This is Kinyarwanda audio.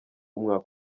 umwaka